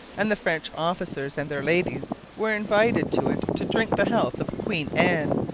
and the french officers and their ladies were invited to it to drink the health of queen anne,